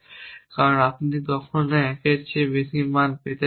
কারণ আপনি কখনই 1 এর বেশি মান পেতে পারবেন না